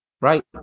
Right